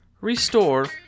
restore